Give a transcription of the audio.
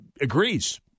agrees